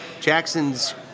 Jackson's